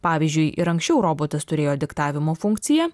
pavyzdžiui ir anksčiau robotas turėjo diktavimo funkciją